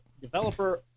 developer